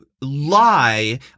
lie